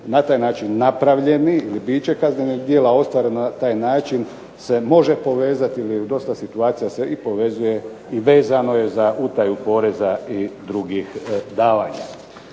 na taj način napravljeni ili biće kaznenog djela ostvarenog na taj način se može povezati jer u dosta situacija se i povezuje i vezano je za utaju poreza i drugih davanja.